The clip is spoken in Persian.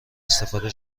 استفاده